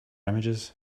images